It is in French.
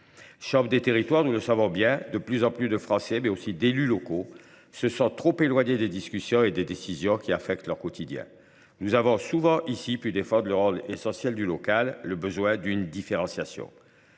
chambre des territoires, nous le savons bien : de plus en plus de Français, mais aussi d’élus locaux, se sentent trop éloignés des discussions et des décisions qui affectent leur quotidien. Nous avons souvent pu défendre dans cet hémicycle le rôle essentiel du local, le besoin d’une différenciation.